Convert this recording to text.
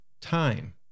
time